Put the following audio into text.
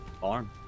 Farm